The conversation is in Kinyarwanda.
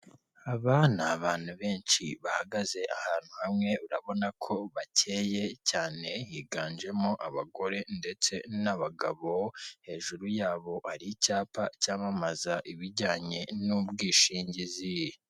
Ahantu ku muhanda hashinze imitaka ibiri umwe w'umuhondo n'undi w'umutuku gusa uw'umuhonda uragaragaramo ibirango bya emutiyeni ndetse n'umuntu wicaye munsi yawo wambaye ijiri ya emutiyeni ndetse n'ishati ari guhereza umuntu serivise usa n'uwamugannye uri kumwaka serivise arimo aramuha telefone ngendanwa. Hakurya yaho haragaragara abandi bantu barimo baraganira mbese bari munsi y'umutaka w'umutuku.